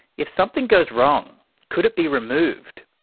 if something goes wrong could it be removed?